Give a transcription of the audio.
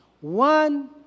one